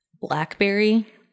blackberry